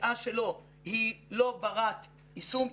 התביעה שלו היא לא ברת יישום,